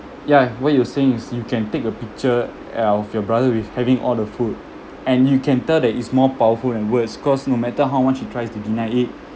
yeah what you were saying is you can take a picture uh of your brother with having all the food and you can tell that it's more powerful than words cause no matter how much he tries to deny it